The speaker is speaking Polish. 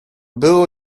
było